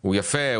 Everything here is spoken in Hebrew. הוא יפה,